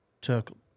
took